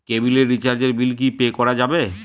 কেবিলের রিচার্জের বিল কি পে করা যাবে?